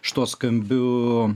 šituo skambiu